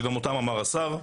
שגם אותן אמר סגן השר,